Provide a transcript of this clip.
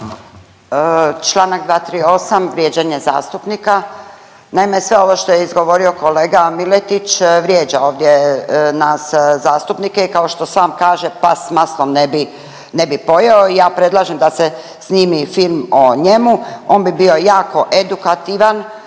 Članak 238. vrijeđanje zastupnika. Naime, sve ovo što je izgovorio kolega Miletić vrijeđa ovdje nas zastupnike i kao što sam kaže pas s maslom ne bi pojeo. Ja predlažem da se snimi film o njemu. On bi bio jako edukativan